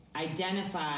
Identify